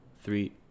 three